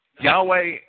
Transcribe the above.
Yahweh